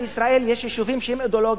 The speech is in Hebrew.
בישראל יש יישובים שהם אידיאולוגיים,